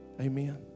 amen